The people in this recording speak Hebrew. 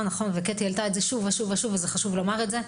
קטי העלתה זאת שוב ושוב ושוב, וחשוב לומר זאת.